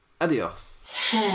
Adios